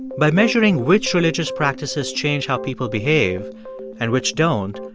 by measuring which religious practices change how people behave and which don't,